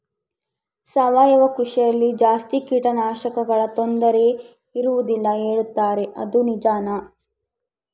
ಸಾವಯವ ಕೃಷಿಯಲ್ಲಿ ಜಾಸ್ತಿ ಕೇಟನಾಶಕಗಳ ತೊಂದರೆ ಇರುವದಿಲ್ಲ ಹೇಳುತ್ತಾರೆ ಅದು ನಿಜಾನಾ?